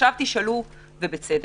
עכשיו תשאלו ובצדק,